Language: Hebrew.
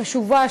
חשובה,